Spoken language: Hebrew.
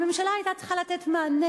הממשלה היתה צריכה לתת מענה